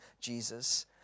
Jesus